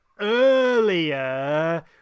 earlier